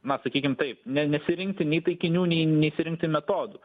na sakykim taip ne nesirinkti nei taikinių nei neišsirinkti metodų